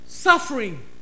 Suffering